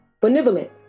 benevolent